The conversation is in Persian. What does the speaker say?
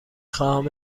خواهم